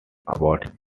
about